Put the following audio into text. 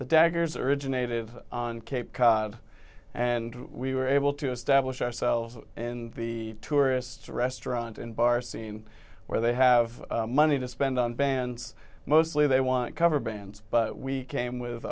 the daggers originated on cape cod and we were able to establish ourselves in the tourist restaurant and bar scene where they have money to spend on bands mostly they want cover bands but we came with